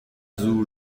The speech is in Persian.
زور